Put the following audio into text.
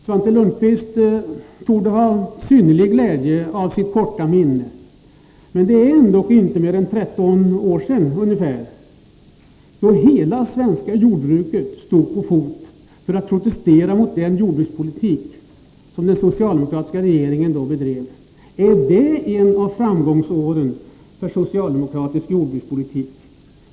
Svante Lundkvist torde ha synnerlig glädje av sitt korta minne. Det är ändå inte mer än ungefär 13 år sedan hela det svenska jordbruket stod på fot för att protestera mot den jordbrukspolitik som den socialdemokratiska regeringen då bedrev. Var det ett av framgångsåren för socialdemokratisk jordbrukspolitik?